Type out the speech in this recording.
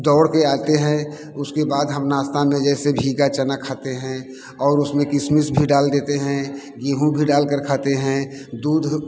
दौड़ के आते हैं उसके बाद हम नाश्ते में जैसे भीगा चना खाते हैं और उसमें किशमिश भी डाल देते हैं गेहूँ भी डाल कर खाते हैं दूध